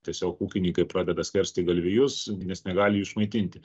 tiesiog ūkininkai pradeda skersti galvijus nes negali išmaitinti